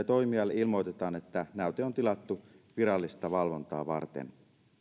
toimijalle ilmoitetaan että näyte on tilattu virallista valvontaa varten